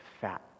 fat